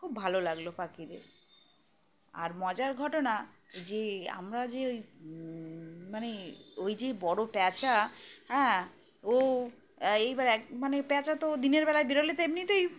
খুব ভালো লাগল পাখিদের আর মজার ঘটনা যে আমরা যে ওই মানে ওই যে বড় প্যাঁচা হ্যাঁ ও এইবার এক মানে প্যাঁচা তো দিনের বেলায় বেরোলে তো এমনিতেই